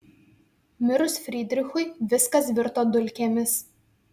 mirus frydrichui viskas virto dulkėmis